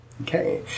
Okay